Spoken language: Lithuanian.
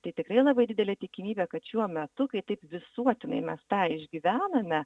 tai tikrai labai didelė tikimybė kad šiuo metu kai taip visuotinai mes tą išgyvename